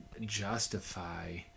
justify